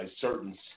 certain